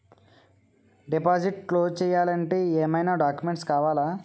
Deposit close చేయాలి అంటే ఏమైనా డాక్యుమెంట్స్ కావాలా?